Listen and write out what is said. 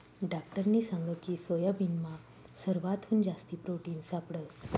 डाक्टरनी सांगकी सोयाबीनमा सरवाथून जास्ती प्रोटिन सापडंस